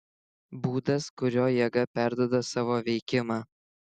būdas kuriuo jėga perduoda savo veikimą